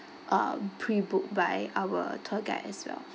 um pre booked by our tour guide as well